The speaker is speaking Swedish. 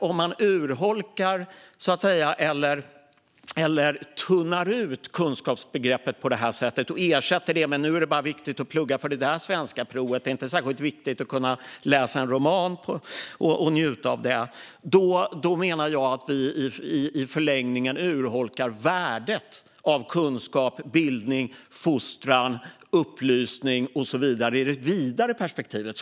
Om man urholkar eller tunnar ut kunskapsbegreppet på det sättet och ersätter det med att kunskap är viktigt enbart för ett visst svenskaprov men inte särskilt viktigt för att läsa och njuta av en roman, då menar jag att man i förlängningen urholkar värdet av kunskap, bildning, fostran, upplysning och så vidare i det vidare perspektivet.